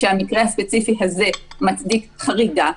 שהמקרה הספציפי הזה מצדיק חריגה.